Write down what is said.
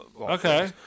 okay